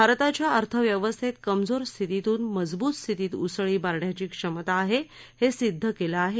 भारताच्या अर्थव्यवस्थैत कमजोर स्थितीतूनं मजबूत स्थितीत उसळी मारण्याची क्षमता आहे हे सिद्ध केलं आहे